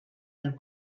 del